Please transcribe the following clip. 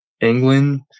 england